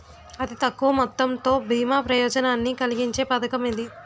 అతి తక్కువ మొత్తంతో బీమా ప్రయోజనాన్ని కలిగించే పథకం ఇది